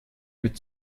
mit